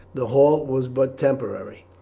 the halt was but temporary.